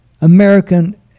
American